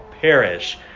perish